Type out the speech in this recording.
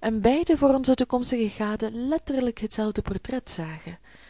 en beiden voor onze toekomstige gade letterlijk hetzelfde portret zagen